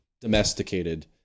domesticated